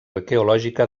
arqueològica